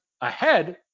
ahead